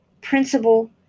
Principal